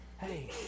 Hey